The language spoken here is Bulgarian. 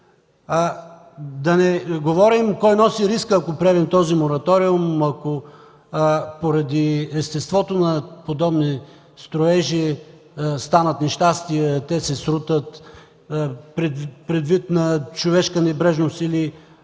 да не говорим кой носи риска, ако приемем този мораториум, ако поради естеството на подобни строежи станат нещастия – те се срутят, предвид на човешка небрежност или природни